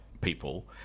people